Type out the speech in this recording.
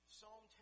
Psalm